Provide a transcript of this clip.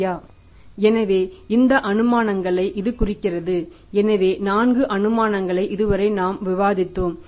சரியா எனவே இந்த அனுமானங்களை இது குறிக்கிறது எனவே 4 அனுமானங்களை இதுவரை நாம் விவாதித்தோம்